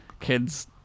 kids